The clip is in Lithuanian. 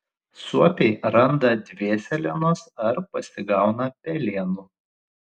suopiai randa dvėselienos ar pasigauna pelėnų